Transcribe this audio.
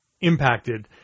impacted